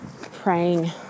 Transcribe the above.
praying